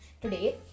today